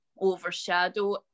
overshadow